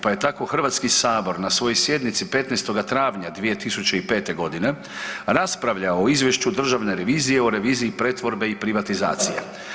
Pa je tako Hrvatski sabor na svojoj sjednici 15. travnja 2005. godine raspravljao o Izvješću Državne revizije o reviziji pretvorbe i privatizacije.